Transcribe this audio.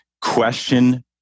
Question